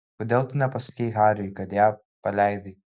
kodėl tu nepasakei hariui kad ją paleidai